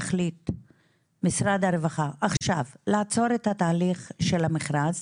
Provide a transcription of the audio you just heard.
יחליט עכשיו לעצור את התהליך של המכרז